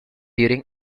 during